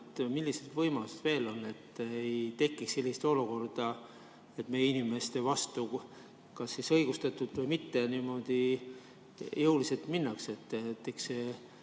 millised võimalused veel on, et ei tekiks sellist olukorda, kus meie inimeste vastu, kas siis õigustatult või mitte, niimoodi jõuliselt minnakse? Eesti